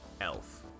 Elf